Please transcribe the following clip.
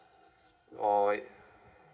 oh